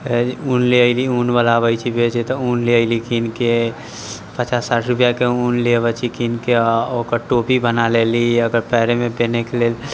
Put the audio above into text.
ऊन ले अइली ऊनवला अबै छै बेचऽ तऽ ले अइली कीनके पचास साठि रुपआके ऊन ले अबै छी कीन के आओर ओकर टोपी बना लेली एकर पयरेमे पेन्हैके लेल